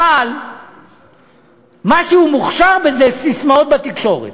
אבל מה שהוא מוכשר זה בססמאות בתקשורת.